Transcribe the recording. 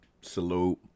Salute